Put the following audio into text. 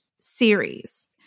series